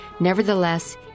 Nevertheless